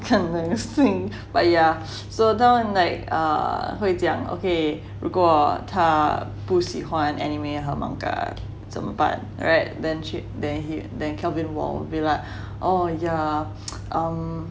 可能性 but yeah so 他们 like err 会讲 okay 如果他不喜 anime 和 manga 怎么办 [right] then 去 then cannot blame wall already [what] oh yeah um